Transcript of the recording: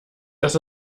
dass